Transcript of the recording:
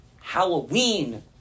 Halloween